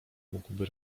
mógłby